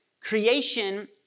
creation